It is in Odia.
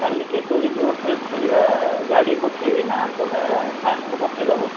କାଲି କି ତୋଳିଥିବା ଫ୍ରେସ୍ ପରିବା ଗାଡ଼ି ପଠାଇବି ନା ତୁମେ ଫାର୍ମକୁ ପଠାଇ ଦେବ